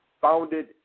founded